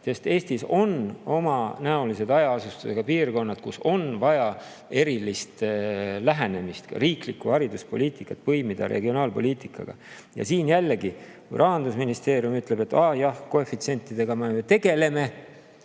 Eestis on omanäolised hajaasustusega piirkonnad, kus on vaja erilist lähenemist, põimida riiklikku hariduspoliitikat regionaalpoliitikaga. Jällegi, Rahandusministeerium ütleb, et jah, koefitsientidega me tegeleme